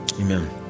Amen